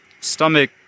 stomach